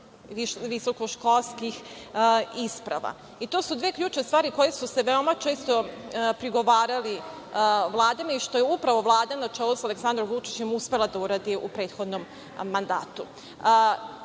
visokoškolskih isprava. I to su dve ključne stvari koje su se veoma često prigovarale vladama i što je upravo Vlada na čelu sa Aleksandrom Vučićem uspela da uradi u prethodnom mandatu. Ja